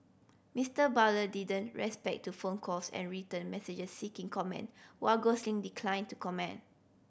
Mister Barlow didn't respect to phone calls and written messages seeking comment while Gosling declined to comment